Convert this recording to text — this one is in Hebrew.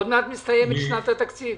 עוד מעט מסתיימת שנת התקציב.